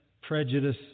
prejudice